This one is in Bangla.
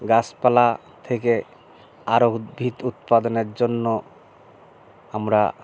গাছপালা থেকে আরো উদ্ভিদ উৎপাদনের জন্য আমরা